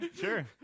Sure